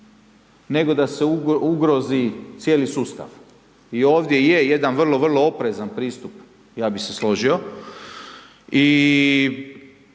nego da se ugrozi cijeli sustav. I ovdje je jedan vrlo, vrlo oprezan pristup, ja bih se složio